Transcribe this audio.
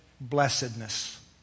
blessedness